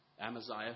Amaziah